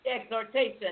exhortation